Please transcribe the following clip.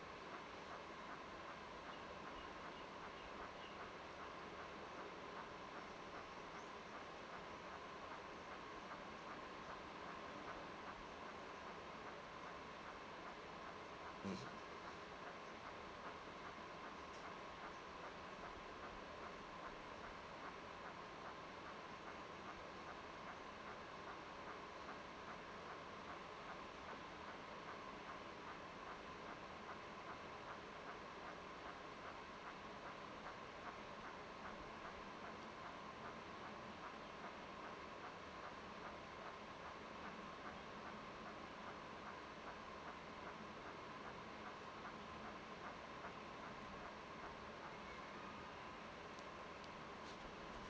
mm